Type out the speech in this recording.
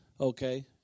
Okay